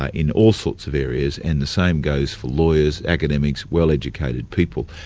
ah in all sorts of areas. and the same goes for lawyers, academics, well-educated people,